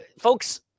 Folks